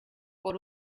por